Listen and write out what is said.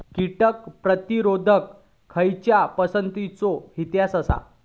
कीटक प्रतिरोधक खयच्या पसंतीचो इतिहास आसा?